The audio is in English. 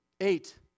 Eight